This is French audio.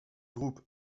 groupe